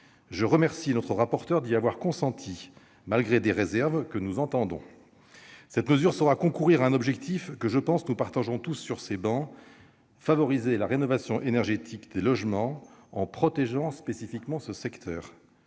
Je remercie notre rapporteur d'y avoir consenti, malgré des réserves que nous comprenons. Cette mesure saura concourir à un objectif que, je pense, nous partageons tous sur ces travées : favoriser la rénovation énergétique des logements en protégeant spécifiquement ce secteur.